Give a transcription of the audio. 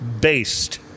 based